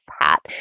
hat